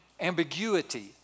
ambiguity